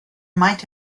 might